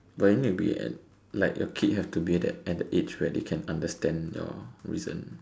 but then you'll be at like your kid have to be at at the age where they can understand your reason